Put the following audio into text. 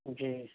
جی